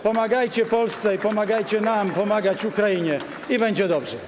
Pomagajcie Polsce i pomagajcie nam pomagać Ukrainie, a będzie dobrze.